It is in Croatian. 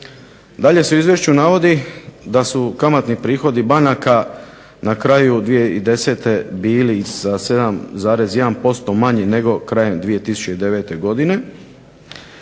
Dalje se u izvješću navodi da su kamatni prihodi banaka na kraju 2010. bili sa 7,1% manji nego krajem 2009. godine,